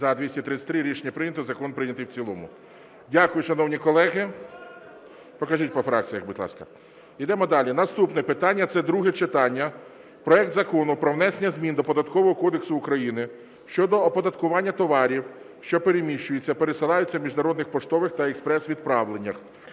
За-233 Рішення прийнято. Закон прийнятий в цілому. Дякую, шановні колеги. Покажіть по фракціях, будь ласка. Ідемо далі. Наступне питання, це друге читання, проект Закону про внесення змін до Податкового кодексу України (щодо оподаткування товарів, що переміщуються (пересилаються) у міжнародних поштових та експрес-відправленнях).